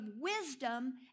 wisdom